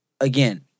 again